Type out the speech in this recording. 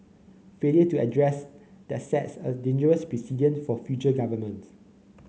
failure to address that sets a dangerous precedent for future governments